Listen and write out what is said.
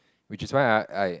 which is why !huh! I